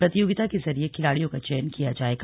प्रतियोगिता के जरिये खिलाड़ियों का चयन किया जाएगा